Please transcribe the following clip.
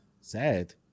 sad